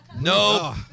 No